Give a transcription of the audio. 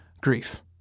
grief